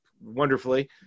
wonderfully